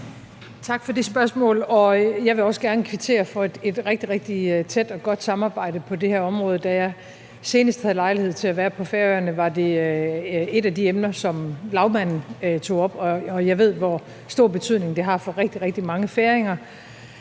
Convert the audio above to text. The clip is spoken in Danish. Tak for det spørgsmål. Jeg vil også gerne kvittere for et rigtig, rigtig tæt og godt samarbejde på det her område. Da jeg senest havde lejlighed til at være på Færøerne, var det et af de emner, som lagmanden tog op, og jeg ved, hvor stor betydning det har for rigtig, rigtig mange færinger.